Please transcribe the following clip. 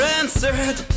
answered